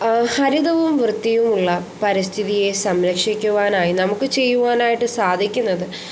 ഹരിതവും വൃത്തിയും ഉള്ള പരിസ്ഥിതിയെ സംരക്ഷിക്കുവാനായി നമുക്ക് ചെയ്യുവാനായിട്ട് സാധിക്കുന്നത്